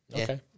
okay